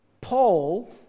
Paul